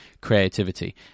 creativity